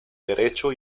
derecho